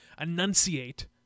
enunciate